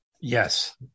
Yes